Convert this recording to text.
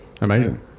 amazing